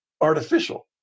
artificial